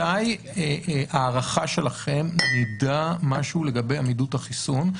מתי להערכתכם נדע משהו לגבי עמידות החיסון?